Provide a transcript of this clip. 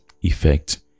effect